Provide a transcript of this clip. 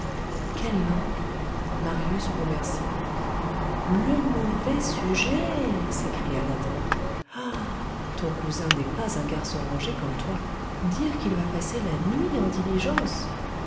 quel nom marius pontmercy le mauvais sujet s'écria la tante ah ton cousin n'est pas un garçon rangé comme toi dire qu'il va passer la nuit en diligence